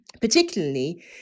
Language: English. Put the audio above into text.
particularly